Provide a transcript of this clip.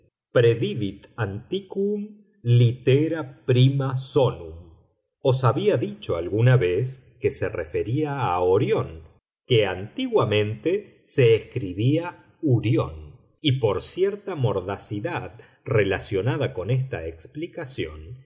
predidit antiquum litera prima sonum os había dicho alguna vez que se refería a orión que antiguamente se escribía urión y por cierta mordacidad relacionada con esta explicación